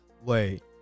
wait